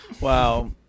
Wow